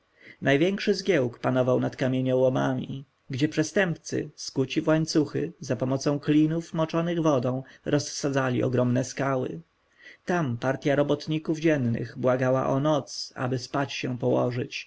największy zgiełk panował nad kamieniołomami gdzie przestępcy skuci w łańcuchy zapomocą klinów moczonych wodą rozsadzali ogromne skały tam partja robotników dziennych błagała o noc aby spać się położyć